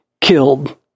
killed